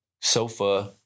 sofa